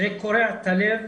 זה קורע את הלב.